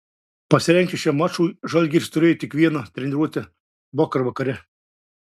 pasirengti šiam mačui žalgiris turėjo tik vieną treniruotę vakar vakare